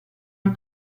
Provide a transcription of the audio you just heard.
non